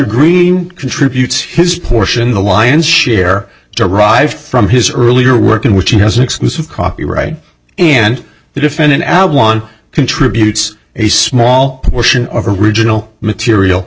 greene contributes his portion the lion's share derived from his earlier work in which he has an exclusive copyright and the defendant out one contributes a small portion of original material